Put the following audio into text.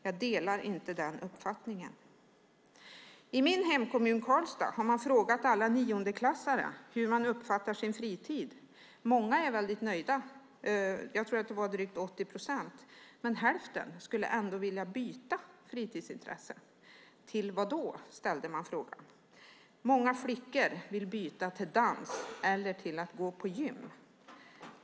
Jag delar inte den uppfattningen. I min hemkommun Karlstad har man frågat alla niondeklassare hur de uppfattar sin fritid. Många är väldigt nöjda - jag tror att det var drygt 80 procent - men hälften skulle ändå vilja byta fritidsintresse. Till vad, frågade man. Många flickor vill byta till dans eller gå på gym.